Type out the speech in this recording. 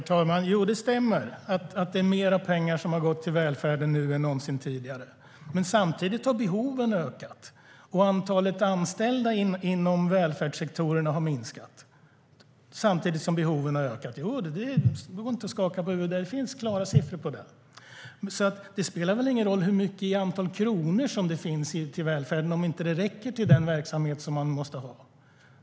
Herr talman! Ja, det stämmer att det är mer pengar som har gått till välfärden nu än någonsin tidigare. Men samtidigt har behoven ökat, och antalet anställda inom välfärdssektorerna har minskat. Skaka inte på huvudet, Anders W Jonsson! Det finns klara siffror på det. Det spelar väl ingen roll hur mycket i antal kronor som finns till välfärden om det inte räcker till den verksamhet som man måste ha.